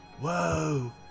whoa